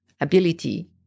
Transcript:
ability